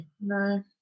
No